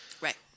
Right